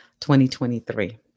2023